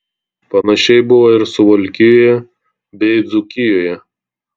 panašiai buvo ir suvalkijoje bei dzūkijoje